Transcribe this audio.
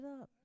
up